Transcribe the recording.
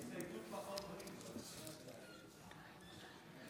אם כך, חברי הכנסת, תוצאות ההצבעה הן כדלקמן: בעד,